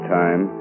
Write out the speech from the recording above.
time